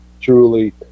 truly